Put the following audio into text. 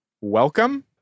Welcome